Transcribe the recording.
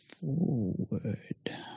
Forward